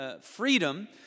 freedom